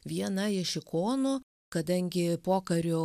viena iš ikonų kadangi pokariu